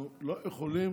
אנחנו לא יכולים